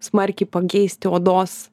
smarkiai pakeisti odos